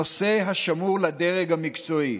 נושא השמור לדרג המקצועי.